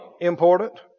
Important